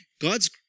God's